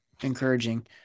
encouraging